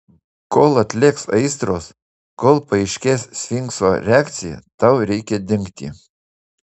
kol atlėgs aistros kol paaiškės sfinkso reakcija tau reikia dingti